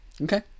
Okay